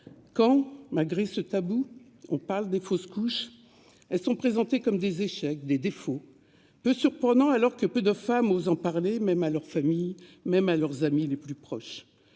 Quand, malgré ce tabou, on parle de ces fausses couches, elles sont présentées comme des échecs, des défauts. Dès lors, il est peu surprenant que seul un petit nombre de femmes osent en parler, même à leur famille, même à leurs amies les plus proches.